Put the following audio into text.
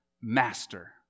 Master